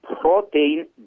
protein